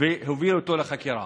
והובילו אותו לחקירה.